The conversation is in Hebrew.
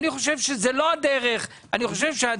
אני לא חושב שזאת לא הדרך.